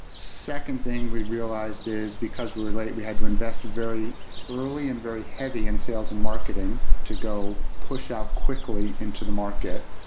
second thing we realized is because we were late, we had to invest very early and very heavy in sales and marketing to go push out quickly into the market.